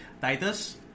Titus